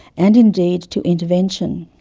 and indeed to intervention.